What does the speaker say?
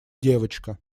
девочка